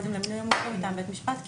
קודם למינוי מומחה מטעם בית משפט ---"